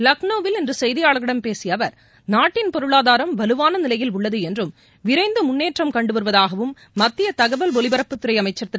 லக்னோவில் இன்று செய்தியாளர்களிடம் பேசிய அவர் நாட்டின் பொருளாதாரம் வலுவான நிலையில் உள்ளது என்றும் விரைந்து முன்னேற்றம் கண்டு வருவதாகவும் மத்திய தகவல் ஒலிபரப்புத்துறை அமைச்சர் திரு